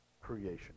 creation